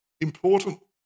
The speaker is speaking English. important